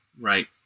Right